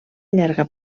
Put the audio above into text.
llarga